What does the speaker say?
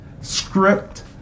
script